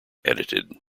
edited